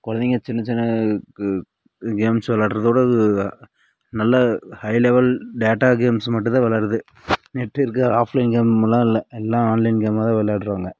குலந்தைங்க சின்ன சின்ன க கேம்ஸ் விளாடுகிறதோட நல்ல ஹை லெவல் டேட்டா கேம்ஸ் மட்டும் தான் விளாடுறது நெட் இருக்க ஆஃப்லைன் கேம்மலாம் இல்லை எல்லா ஆன்லைன் கேம்மாக தான் விளையாடுறாங்கள்